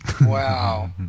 Wow